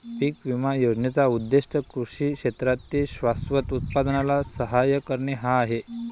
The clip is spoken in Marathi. पीक विमा योजनेचा उद्देश कृषी क्षेत्रातील शाश्वत उत्पादनाला सहाय्य करणे हा आहे